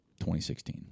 2016